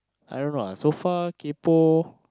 I don't know ah so far kaypoh